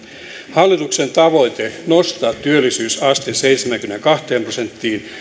hallituksen tavoite nostaa työllisyysaste seitsemäänkymmeneenkahteen prosenttiin